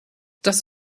das